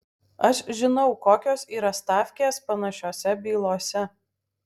aš žinau kokios yra stavkės panašiose bylose